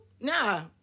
Nah